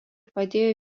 padėjo